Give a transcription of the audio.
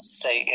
say